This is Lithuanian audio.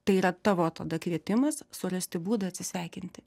tai yra tavo tada kvietimas surasti būdą atsisveikinti